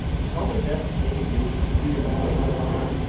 it's probably best to take in news from a few different places, too.